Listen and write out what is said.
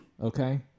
okay